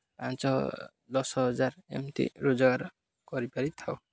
ପାଞ୍ଚ ଦଶ ହଜାର ଏମିତି ରୋଜଗାର କରିପାରିଥାଉ